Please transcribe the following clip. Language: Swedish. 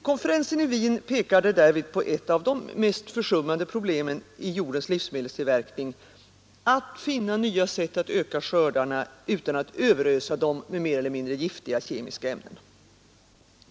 Konferensen i Wien pekade därvid på ett av de mest försummade problemen i jordens livsmedelstillverkning: att finna nya sätt att öka skördarna utan att överösa dem med mer eller mindre giftiga kemiska ämnen.